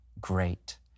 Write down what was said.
great